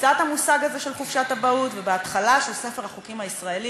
בכניסת המושג הזה של חופשת אבהות ובכך שספר החוקים הישראלי